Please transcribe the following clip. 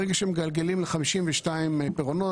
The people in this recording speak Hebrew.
ברגע שמגלגלים ל-52 פירעונות,